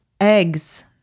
Eggs